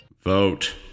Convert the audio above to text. Vote